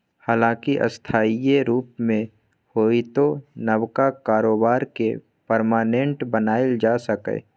हालांकि अस्थायी रुप मे होइतो नबका कारोबार केँ परमानेंट बनाएल जा सकैए